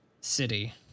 city